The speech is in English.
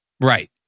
Right